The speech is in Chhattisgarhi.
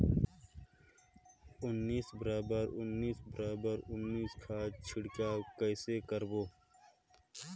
उन्नीस बराबर उन्नीस बराबर उन्नीस खाद छिड़काव कइसे करबो?